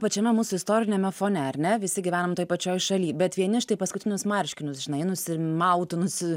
pačiame mūsų istoriniame fone ar ne visi gyvenam toj pačioj šaly bet vieni štai paskutinius marškinius žinai nusimautų nusi